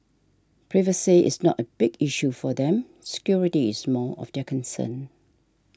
privacy is not a big issue for them security is more of their concern